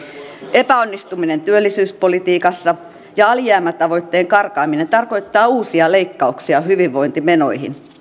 epäonnistuminen työllisyyspolitiikassa ja alijäämätavoitteen karkaaminen tarkoittaa uusia leikkauksia hyvinvointimenoihin